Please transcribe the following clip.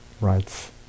writes